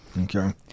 Okay